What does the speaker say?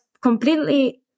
completely